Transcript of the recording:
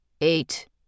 Eight